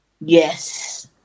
Yes